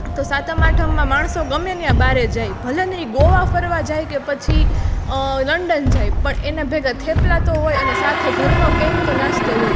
તો સાતમ આઠમમાં માણસો ગમે ત્યાં બહાર જાય ભલેને એ ગોવા ફરવા જાય કે પછી લંડન જાય પણ એના ભેગાં થેપલાં તો હોયને સાથે ઘરનો કઈક તો નાસ્તો હોય